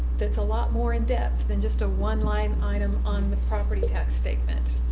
that's a lot more in depth then just a one line item on the property tax statement.